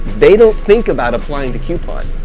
they don't think about applying to coupon,